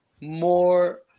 more